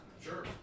Sure